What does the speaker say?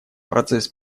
процесс